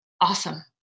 awesome